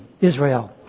Israel